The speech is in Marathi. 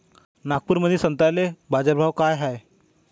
नागपुरामंदी संत्र्याले बाजारभाव काय हाय?